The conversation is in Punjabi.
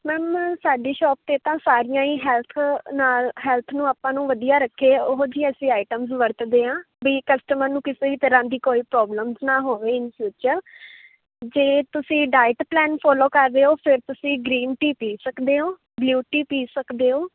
ਮੈਮ ਸਾਡੀ ਸ਼ੋਪ 'ਤੇ ਤਾਂ ਸਾਰੀਆਂ ਹੀ ਹੈਲਥ ਨਾਲ ਹੈਲਥ ਨੂੰ ਆਪਾਂ ਨੂੰ ਵਧੀਆ ਰੱਖੇ ਉਹ ਜਿਹੀ ਅਸੀਂ ਆਈਟਮ ਵਰਤਦੇ ਹਾਂ ਵੀ ਕਸਟਮਰ ਨੂੰ ਕਿਸੇ ਵੀ ਤਰ੍ਹਾਂ ਦੀ ਕੋਈ ਪ੍ਰੋਬਲਮਸ ਨਾ ਹੋਵੇ ਇੰਨ ਫਿਊਚਰ ਜੇ ਤੁਸੀਂ ਡਾਇਟ ਪਲਾਨ ਫੋਲੋ ਕਰ ਰਹੇ ਹੋ ਫਿਰ ਤੁਸੀਂ ਗਰੀਨ ਟੀ ਪੀ ਸਕਦੇ ਹੋ ਬਲੂ ਟੀ ਪੀ ਸਕਦੇ ਹੋ